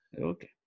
okay